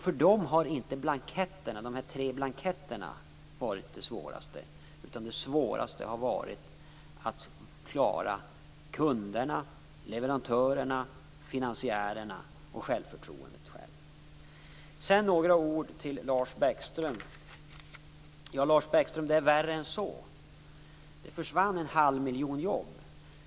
För dem har inte blanketterna, de här tre blanketterna, varit det svåraste. Det svåraste har varit att klara kunderna, leverantörerna, finansiärerna och det egna självförtroendet. Sedan vill jag säga några ord till Lars Bäckström. Ja, Lars Bäckström, det är värre än så. Det försvann en halv miljon jobb.